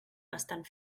bastant